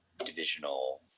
divisional